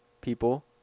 people